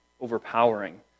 overpowering